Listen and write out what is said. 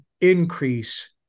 increase